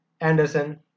Anderson